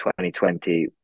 2020